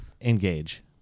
engage